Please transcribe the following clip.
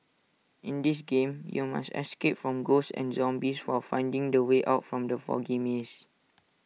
in this game you must escape from ghosts and zombies while finding the way out from the foggy maze